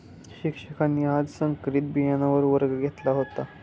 शिक्षकांनी आज संकरित बियाणांवर वर्ग घेतला होता